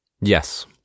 Yes